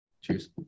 cheers